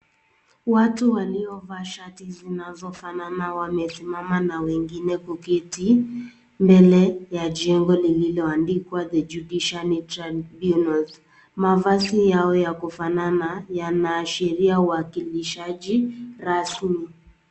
Watu waliovaa shati zinazofanana wamesimama na wengine kuketi mbele ya jengo lililoandikwa The Judiciary Tribunals. Mavazi yao ya kufanana, yanaashiria uwakilishaji rasmi.